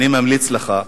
אני ממליץ לך: